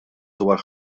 dwar